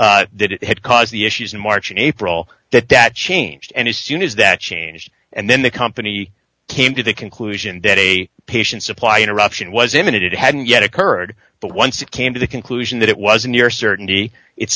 that it had caused the issues in march and april that that changed and as soon as that changed and then the company came to the conclusion that a patient supply interruption was imminent it hadn't yet occurred but once it came to the conclusion that it was a near certainty it